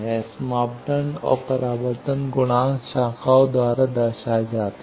S मापदंड और परावर्तन गुणांक शाखाओं द्वारा दर्शाए जाते हैं